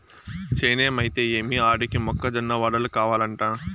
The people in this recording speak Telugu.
చేనేమైతే ఏమి ఆడికి మొక్క జొన్న వడలు కావలంట